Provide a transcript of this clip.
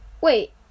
Wait